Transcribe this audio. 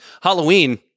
Halloween